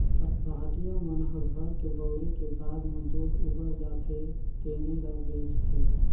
पहाटिया मन ह घर के बउरे के बाद म दूद उबर जाथे तेने ल बेंचथे